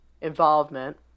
involvement